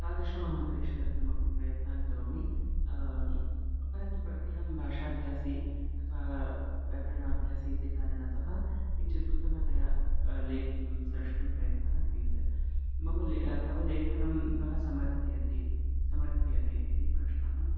तादृशमहं परिष्कर्तुमपि प्रयत्नान् करोमि परन्तु प्रत्यहं भाषाभ्यासे अथवा व्याकरणाभ्यासे इति कारणतः किञ्चित् उत्तमतया लेखितुं स्रष्टुं प्रयत्नः क्रियते मम ले तव लेखनं कः समर्थयति समर्थयते इति प्रश्नः